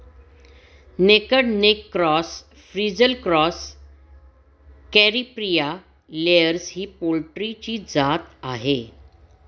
naked neck cross, frizzle cross, Caripriya layers ही पोल्ट्रीची जात आहे